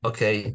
Okay